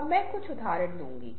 अब मैं कुछ उदाहरण दूंगा